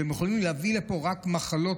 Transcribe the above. שיכולים להביא לפה רק מחלות,